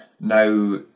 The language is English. now